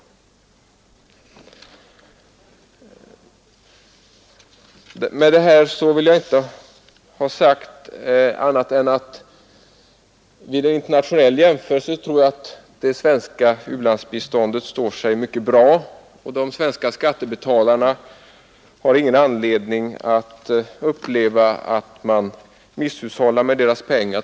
Med det här vill jag inte ha sagt annat än att det svenska u-landsbiståndet vid en internationell jämförelse står sig mycket bra. De svenska skattebetalarna har ingen anledning att känna att man misshushållar med deras pengar.